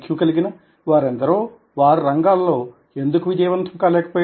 కలిగిన వారెందరో వారి రంగాలలో ఎందుకు విజయవంతం కాలేకపోయారు